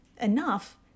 enough